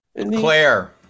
Claire